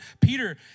Peter